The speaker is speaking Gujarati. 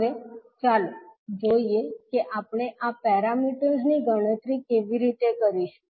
હવે ચાલો જોઈએ કે આપણે આ પેરામીટર્સની ગણતરી કેવી રીતે કરીશું